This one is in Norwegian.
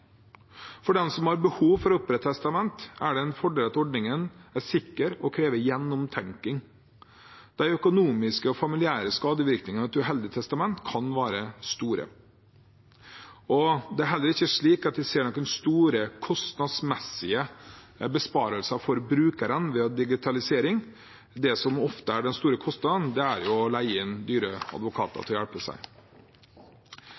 For den som har behov for å opprette testamente, er det en fordel at ordningen er sikker og krever gjennomtenking. De økonomiske og familiære skadevirkningene av et uheldig testamente kan være store. Det er heller ikke slik at jeg ser noen store kostnadsmessige besparelser for brukerne ved digitalisering. Det som ofte er den store kostnaden, er jo å leie inn dyre advokater